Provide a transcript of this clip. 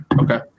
okay